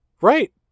Right